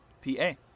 P-A